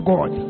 God